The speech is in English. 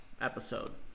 episode